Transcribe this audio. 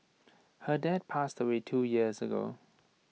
her dad passed away two years ago